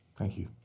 thank you.